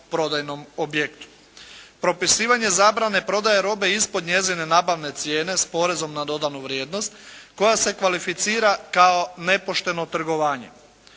prodajnom objektu.